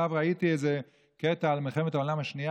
עכשיו ראיתי איזה קטע על מלחמת העולם השנייה,